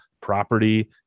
property